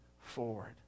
forward